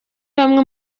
bamwe